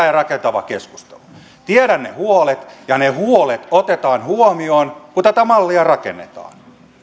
ja rakentavan keskustelun tiedän ne huolet ja ne huolet otetaan huomioon kun tätä mallia rakennetaan